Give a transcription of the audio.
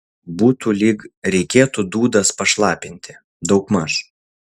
būtų lyg reikėtų dūdas pašlapinti daugmaž